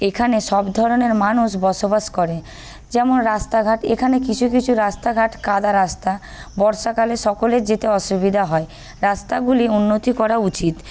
এখানে সব ধরনের মানুষ বসবাস করে যেমন রাস্তাঘাট এখানে কিছু কিছু রাস্তাঘাট কাদা রাস্তা বর্ষাকালে সকলের যেতে অসুবিধা হয় রাস্তাগুলি উন্নতি করা উচিত